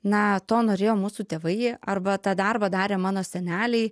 na to norėjo mūsų tėvai arba tą darbą darė mano seneliai